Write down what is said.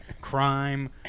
Crime